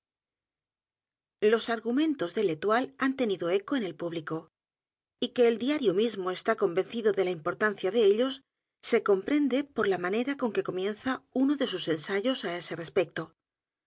los argumentos de l'eloüe han tenido eco en el público y que el diario mismo está convencido de la importancia de ellos se comprende por la manera con que comienza uno de sus ensayos á ese respecto